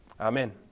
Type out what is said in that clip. Amen